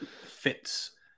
fits